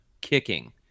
kicking